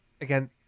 again